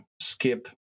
skip